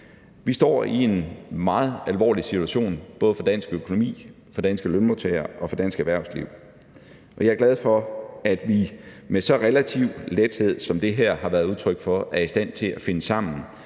Vi står i en meget alvorlig situation, både for dansk økonomi, for danske lønmodtagere og for dansk erhvervsliv, og jeg er glad for, at vi så relativt let, som det her har været udtryk for, er i stand til at finde sammen